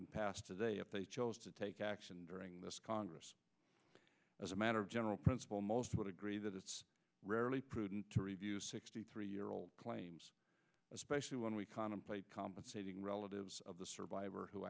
and pass today if they chose to take action during this congress as a matter of general principle most would agree that it's rarely prudent to review sixty three year old claims especially when we contemplate compensating relatives of the survivor who